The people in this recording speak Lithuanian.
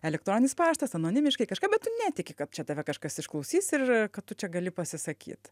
elektroninis paštas anonimiškai kažką bet tu netiki kad čia tave kažkas išklausys ir kad tu čia gali pasisakyt